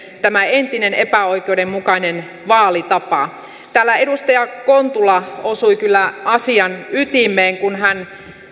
tämä entinen epäoikeudenmukainen vaalitapa täällä edustaja kontula osui kyllä asian ytimeen kun hän